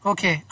Okay